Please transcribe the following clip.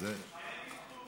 שתי הצעות.